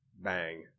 Bang